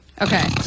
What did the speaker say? Okay